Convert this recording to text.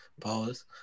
Pause